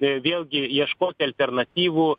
i vėlgi ieškoti alternatyvų